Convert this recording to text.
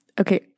Okay